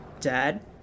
Dad